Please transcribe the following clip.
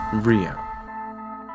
Rio